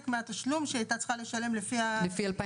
מן התשלום שהיא הייתה צריכה לשלם לפי מה שנקבע